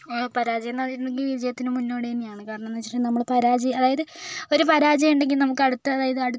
പരാജയം എന്ന് പറയുന്നത് വിജയത്തിന് മുന്നോടി തന്നെ ആണ് കാരണം എന്ന് വെച്ചിട്ടുണ്ടെങ്കിൽ നമ്മള് പരാജയം അതായത് ഒരു പരാജയം ഉണ്ടെങ്കിൽ നമുക്ക് അടുത്ത അതായത് അടുത്